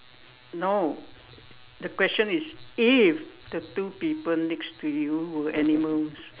no the question is if the two people next to you were animals